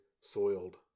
soiled